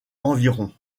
environ